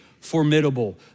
formidable